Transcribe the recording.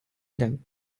them